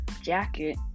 jacket